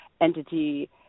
entity